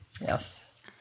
Yes